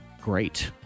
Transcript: Great